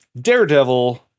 Daredevil